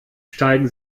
steigen